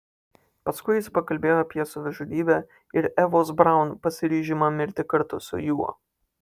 paskui jis pakalbėjo apie savižudybę ir evos braun pasiryžimą mirti kartu su juo